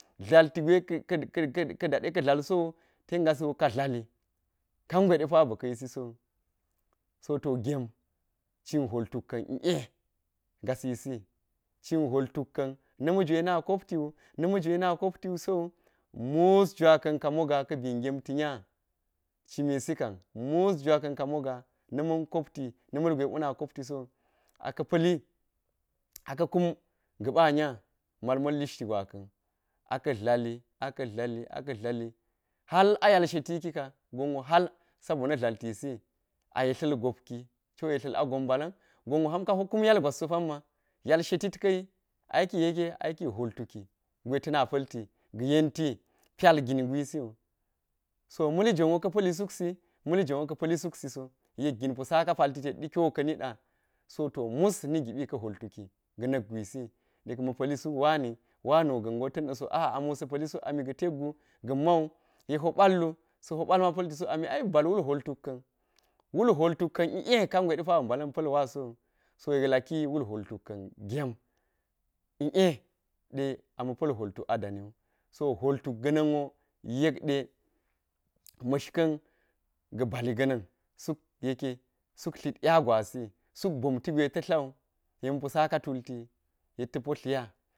dlalti gwe ka̱ daɗe k- k- k- ka̱ dlal sowu ten gasiwo kadlal kangwe ɗe pa ba̱ ka̱ kiyisi sowu so to gem cin hwol tuk ka̱ ie gasisi cin hwoltuk na̱ ma̱gwe na kopti wu na̱ ma̱jwe na koptiu so wu musa jwaka̱ ka mo gaaka̱ bii ngem ti nya, cimisi kan mus jwa kan ka moga na̱ ma̱n kopti na̱ ma̱jwe ɓona kopti sowu aka̱ pa̱li aka̱ kun ga̱ ɓa nya mal ma̱n lishti gwaka̱n aka̱ dlali, aka̱ dlali, aka̱ dlali hal a yal sheti kika gonwo hal sabo na̱ dlaltisi a yettal dop ki cwo yetlal a gop mbala̱n gon wo ham kapo kun yalgwasso pamma yalshetit ka̱yi aiki yeke aiki hwol tuki gire tana pa̱lti ga̱ yenti pyal gin gisiwu so mili jwon wo ka pa̱li suksi mili jwonwo ka pa̱li suk siso yek gin po saka palti tedɗi kiwo ka̱ niɗa so to mus nigi ɓi ka̱ hwol tuki ga̱ na̱k gwisi yek ma̱ pa̱li suk wani wani wo ga̱n go ta̱ni da̱so aa amo sa̱ pa̱li suk amiga̱ teggu ga̱n mau yela po ba̱l wu sa̱ po ba̱l ma pa̱lti suk ami ai bal wul hwol tuk ka̱n, wul hwal tuk ka̱n ie kan gwe de pa bi mbala̱n pa̱l wasowu, so yek laki wul hwol tuk ka̱n gem ie ɗe ama̱ pa̱l hwol tuka dani wu so hwol tuk ga̱na̱n wo yelade ma̱shka̱n ga̱ bali ga̱na̱n suk yeke tla̱t nya gwasi suk bonti gweta̱ tlawu yek ma̱ po saka tultiwi yekta̱ po tlanya